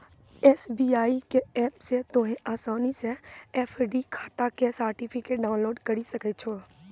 SBI के app से तोंहें असानी से एफ.डी खाता के सर्टिफिकेट डाउनलोड करि सकै छो